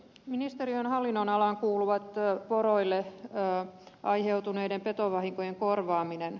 ministeriön hallinnonalaan kuuluu poroille aiheutuneiden petovahinkojen korvaaminen